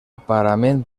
parament